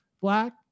black